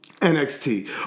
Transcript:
NXT